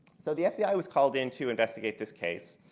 so the fbi was called in to investigate this case.